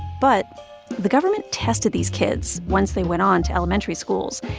but the government tested these kids once they went onto elementary schools,